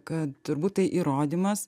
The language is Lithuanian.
kad turbūt tai įrodymas